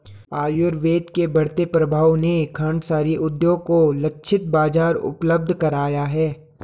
आयुर्वेद के बढ़ते प्रभाव ने खांडसारी उद्योग को लक्षित बाजार उपलब्ध कराया है